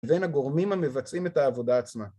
בין הגורמים המבצעים את העבודה עצמה.